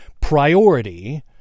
priority